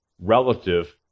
relative